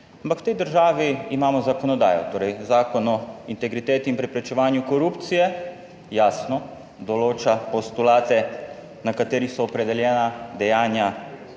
Ampak v tej državi imamo zakonodajo, torej Zakon o integriteti in preprečevanju korupcije, jasno določa postulate na katerih so opredeljena dejanja